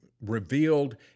revealed